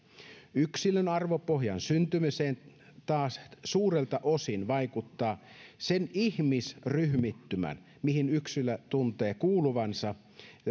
yksilön arvopohjan syntymiseen taas suurelta osin vaikuttavat sen ihmisryhmittymän mihin yksilö tuntee kuuluvansa